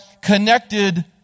connected